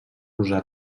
usar